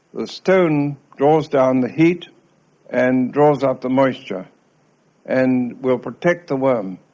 the stone draws down the heat and draws out the moisture and will protect the worm.